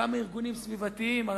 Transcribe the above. של כמה ארגונים סביבתיים,